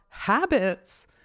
habits